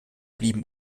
blieben